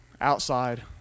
Outside